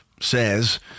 says